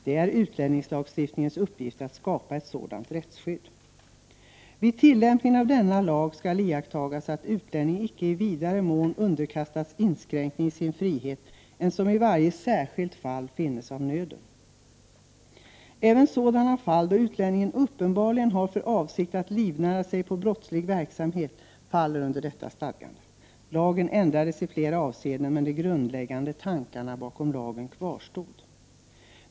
Det är utlänningslagstiftningens uppgift att skapa ett sådant rättsskydd.” ”Vid tillämpningen av denna lag skall iakttagas att utlänning icke i vidare mån underkastas inskränkning i sin frihet än som i varje särskilt fall finnes vara av nöden.” Även sådana fall då utlänningen uppenbarligen har för avsikt att livnära sig på brottslig verksamhet faller under detta stadgande. Lagen ändrades i flera avseenden, men de grundläggande tankarna bakom lagen kvarstod.